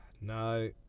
No